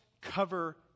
cover